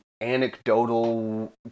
anecdotal